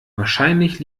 wahrscheinlich